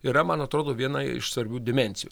yra man atrodo viena iš svarbių dimensijų